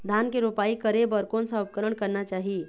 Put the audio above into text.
धान के रोपाई करे बर कोन सा उपकरण करना चाही?